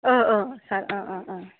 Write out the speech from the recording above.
औ औ सार अ अ